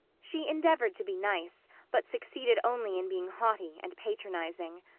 she endeavored to be nice, but succeeded only in being haughty and patronizing.